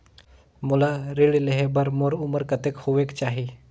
मोला ऋण लेहे बार मोर उमर कतेक होवेक चाही?